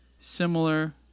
similar